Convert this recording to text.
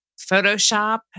Photoshop